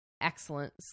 excellent